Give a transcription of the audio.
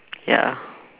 ya